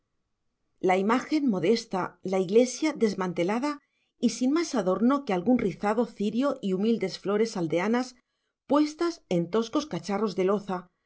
la imagen modesta la iglesia desmantelada y sin más adorno que algún rizado cirio y humildes flores aldeanas puestas en toscos cacharros de loza